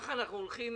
ככה אנחנו הולכים